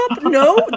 No